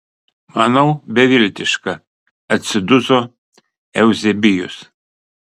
manau beviltiška atsiduso euzebijus